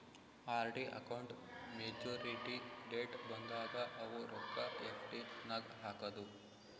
RD account maturity date ಬಂದಾಗ ಅವು ರೊಕ್ಕಾ ಎಫ್.ಡಿ ನಾಗ್ ಹಾಕದು